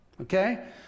okay